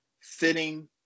sitting